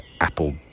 apple